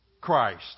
Christ